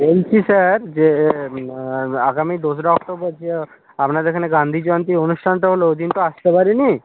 বলছি স্যার যে আগামী দোসরা অক্টোবর যে আপনাদের এখানে গান্ধি জয়ন্তী অনুষ্ঠানটা হলো ও দিন তো আসতে পারিনি